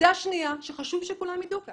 חשוב שכולם ידעו כאן.